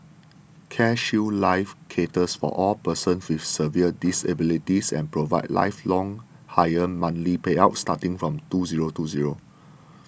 CareShield Life caters for all persons with severe disabilities and provides lifelong higher monthly payouts starting from two zero two zero